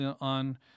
on